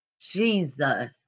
Jesus